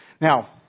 Now